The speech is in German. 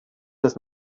das